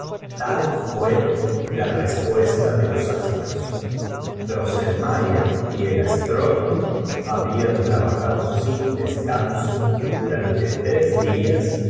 tal fué la respuesta de los astros drosselmayer y el astrónomo habían trabajado sin descanso durante tres días